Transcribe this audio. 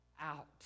out